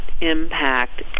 impact